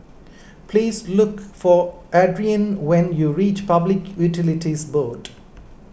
please look for Adriane when you reach Public Utilities Board